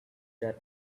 that